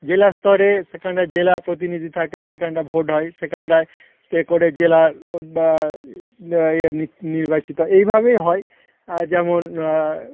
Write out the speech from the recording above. জেলা স্তরে সেখানে জেলা প্রতিনিধি থাকে সেখানরা ভোট হয় সেখানটায় করে জেলা এই নির্বাচিত এইভাবেই হয় যেমন